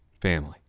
family